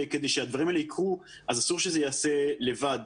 כדי שהדברים האלה יקרו אסור שזה ייעשה לבד,